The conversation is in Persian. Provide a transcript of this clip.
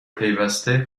پیوسته